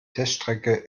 teststrecke